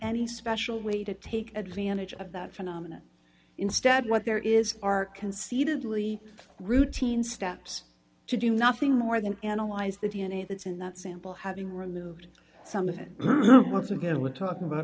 any special way to take advantage of that phenomena instead what there is are concededly routine steps to do nothing more than analyze the d n a that's in that sample having removed some of it once again we're talking about